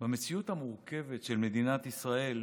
במציאות המורכבת של מדינת ישראל,